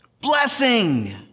Blessing